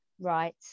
Right